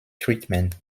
treatment